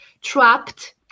trapped